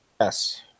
Yes